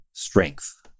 strength